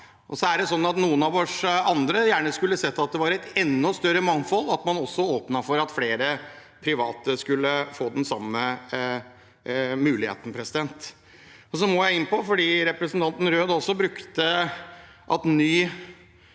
Noen av oss andre skulle gjerne sett at det var et enda større mangfold, at man også åpnet for at flere private skulle få den samme muligheten. Så må jeg inn på at representanten Røed brukte at